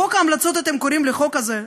"חוק ההמלצות" אתם קוראים לחוק הזה.